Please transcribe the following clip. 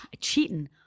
Cheating